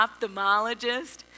ophthalmologist